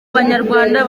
banyarwanda